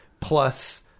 plus